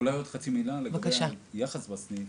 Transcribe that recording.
לגבי היחס בסניף.